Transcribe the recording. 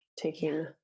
taking